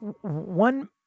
one